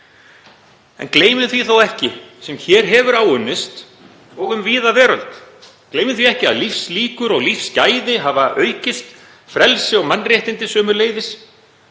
Gleymum því þó ekki sem hér hefur áunnist og um víða veröld. Gleymum því ekki að lífslíkur og lífsgæði hafa aukist, frelsi og mannréttindi sömuleiðis.